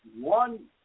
one